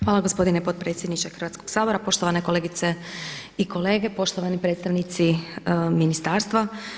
Hvala g, potpredsjedniče Hrvatskog sabora, poštovane kolegice i kolege, poštovani predstavnici ministarstva.